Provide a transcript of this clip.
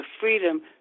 freedom